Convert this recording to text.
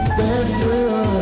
Special